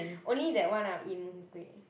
only that [one] I will eat Mee-Hoon-Kway